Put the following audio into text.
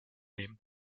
nehmen